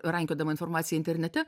rankiodama informaciją internete